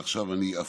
עכשיו אני אפרט: